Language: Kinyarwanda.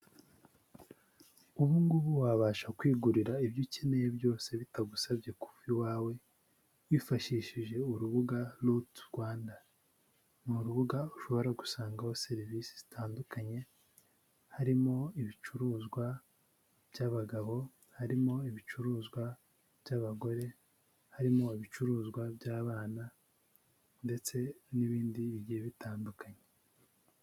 Ubu ngubu wabasha kwigurira ibyo ukeneye byose bitagusabye kuva iwawe, wifashishije urubuga Ruti Rwanda. Ni urubuga ushobora gusangaho serivisi zitandukanye, harimo ibicuruzwa by'abagabo, harimo ibicuruzwa by'abagore, harimo ibicuruzwa by'abana ndetse n'ibindi bigiye bitandukanye.